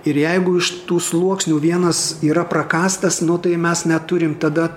ir jeigu iš tų sluoksnių vienas yra prakąstas nu tai mes neturim tada